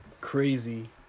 crazy